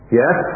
yes